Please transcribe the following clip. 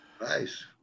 Nice